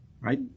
Right